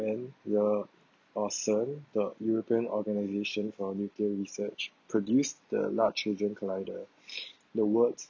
the larsen the european organization for nuclear research produced the large hadron collider the world's